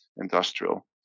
Industrial